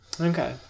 okay